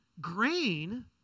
grain